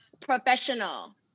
professional